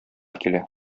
килә